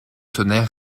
tonnerre